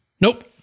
nope